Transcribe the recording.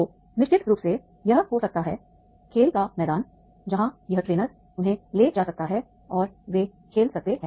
तो निश्चित रूप से यह हो सकता है खेल का मैदान जहां यह ट्रेनर उन्हें ले जा सकता है और वे खेल सकते हैं